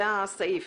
זה הסעיף.